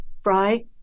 Fry